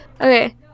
Okay